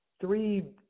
three